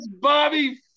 Bobby